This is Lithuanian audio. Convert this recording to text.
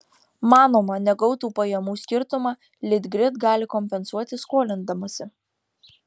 manoma negautų pajamų skirtumą litgrid gali kompensuoti skolindamasi